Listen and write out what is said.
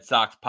Sox